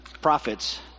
prophets